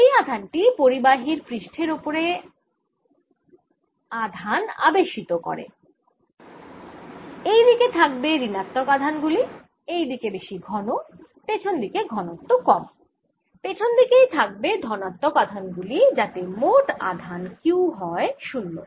এই আধান টি পরিবাহীর পৃষ্ঠের ওপরে আধান আবেশিত করে এই দিকে থাকবে ঋণাত্মক আধান গুলি এদিকে বেশি ঘন পেছন দিকে ঘণত্ব কম পেছন দিকেই থাকবে ধনাত্মক আধান গুলি যাতে মোট আধান Q হয় 0